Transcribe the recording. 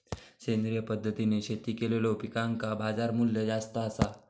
सेंद्रिय पद्धतीने शेती केलेलो पिकांका बाजारमूल्य जास्त आसा